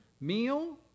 meal